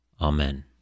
Amen